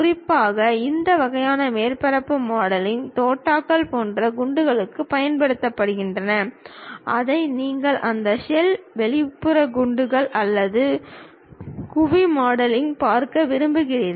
குறிப்பாக இந்த வகையான மேற்பரப்பு மாடலிங் தோட்டாக்கள் போன்ற குண்டுகளுக்குப் பயன்படுத்தப்படுகிறது அதை நீங்கள் அந்த ஷெல் வெளிப்புற குண்டுகள் அல்லது குவிமாடங்களில் பார்க்க விரும்புகிறீர்கள்